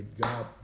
God